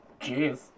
Jeez